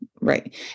right